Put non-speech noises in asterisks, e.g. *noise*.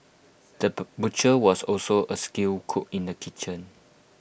the *unintelligible* butcher was also A skilled cook in the kitchen